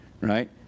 right